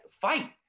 fight